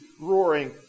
roaring